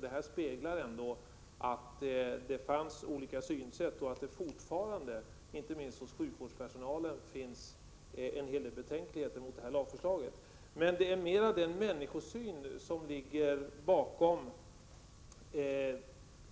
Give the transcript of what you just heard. Detta speglar att det fanns olika synsätt och att det fortfarande, inte minst hos sjukvårdspersonalen, finns en hel del betänkligheter mot den här lagen. Det gäller mer den människosyn som ligger bakom,